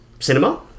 cinema